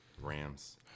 Rams